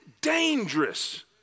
dangerous